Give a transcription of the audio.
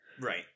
Right